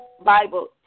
Bible